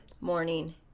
morning